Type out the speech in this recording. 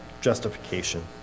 justification